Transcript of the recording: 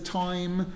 time